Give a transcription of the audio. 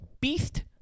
beast